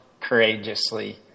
courageously